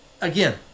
Again